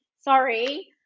Sorry